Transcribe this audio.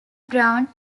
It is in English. brown